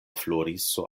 floriso